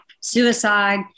suicide